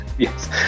Yes